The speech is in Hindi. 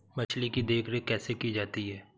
मछली की देखरेख कैसे की जाती है?